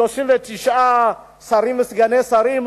39 שרים וסגני שרים,